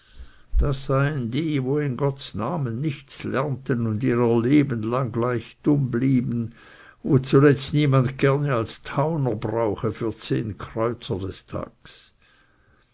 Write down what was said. das seien die wo in gottsnamen nichts lernten und ihrer lebenlang gleich dumm blieben wo zuletzt niemand gerne als tauner brauche für zehn kreuzer des tags